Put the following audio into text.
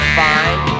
fine